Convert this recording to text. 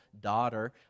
daughter